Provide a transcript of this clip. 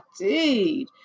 indeed